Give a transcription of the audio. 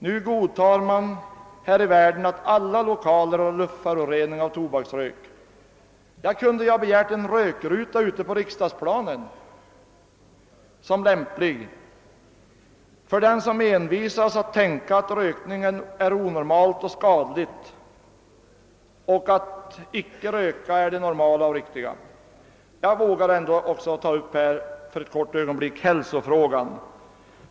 Nu godtar man att luften i alla lokaler förorenas av tobaksrök. Jag kunde i stället kanske ha begärt en rökruta ute på riksdagsplanen — detta hade varit naturligt för den som envisas med att tycka att rökning är något onormalt och skadligt och att det normala och riktiga är att icke röka. Jag vågar också för ett kort ögonblick ta upp hälsosynpunkten.